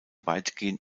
weitgehend